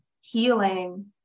healing